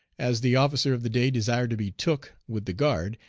as the officer of the day desired to be took with the guard,